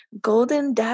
golden